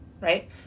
right